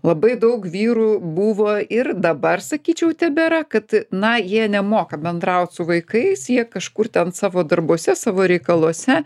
labai daug vyrų buvo ir dabar sakyčiau tebėra kad na jie nemoka bendraut su vaikais jie kažkur ten savo darbuose savo reikaluose